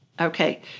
Okay